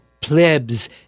plebs